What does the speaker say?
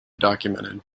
documented